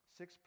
six